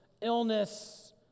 illness